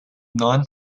non